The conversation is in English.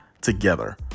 together